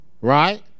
right